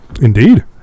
Indeed